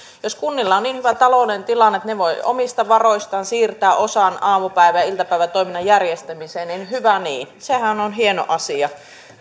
jos kunnilla on niin hyvä taloudellinen tilanne että ne voivat omista varoistaan siirtää osan aamupäivä ja iltapäivätoiminnan järjestämiseen niin hyvä niin sehän on hieno asia